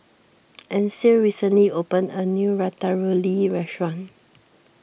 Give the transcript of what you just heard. Ancil recently opened a new Ratatouille restaurant